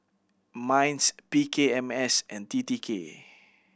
MINDS P K M S and T T K